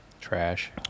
Trash